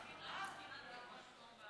ההצעה להעביר את הצעת חוק הצעת חוק העסקת